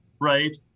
right